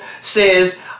says